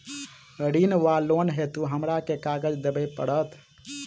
ऋण वा लोन हेतु हमरा केँ कागज देबै पड़त?